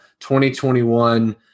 2021